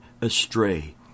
astray